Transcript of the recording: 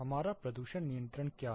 हमारा प्रदूषण नियंत्रण क्या है